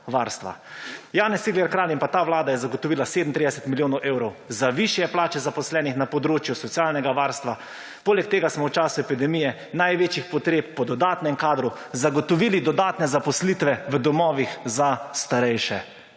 Janez Cigler Kralj in pa ta Vlada je zagotovila 37 milijonov evrov za višje plače zaposlenih na področju socialnega varstva. Poleg tega smo v času epidemije največjih potreb po dodatnem kadru zagotovili dodatne zaposlitve v domovih za starejše.